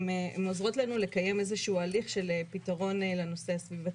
הן עוזרות לנו לקיים איזה שהוא הליך של פתרון לנושא הסביבתי.